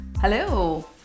Hello